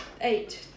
eight